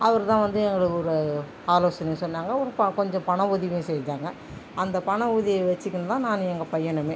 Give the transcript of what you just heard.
அவருதான் வந்து எங்களுக்கு ஒரு ஆலோசனை சொன்னாங்க ஒரு கொஞ்சம் பண உதவியும் செய்தாங்க அந்த பண உதவியஇ வச்சிக்கினு தான் நானும் எங்கள் பையனுமே